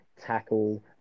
tackle